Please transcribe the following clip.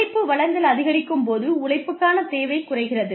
உழைப்பு வழங்கல் அதிகரிக்கும் போது உழைப்புக்கான தேவை குறைகிறது